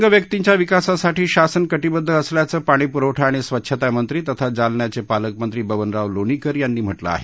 दिव्यांग व्यक्तींच्या विकासासाठी शासन कटिबध्द असल्याचं पाणीपुरवठा आणि स्वच्छता मंत्री तथा जालन्याचे पालकमंत्री बबनराव लोणीकर यांनी म्हटलं आहे